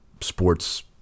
sports